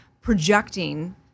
projecting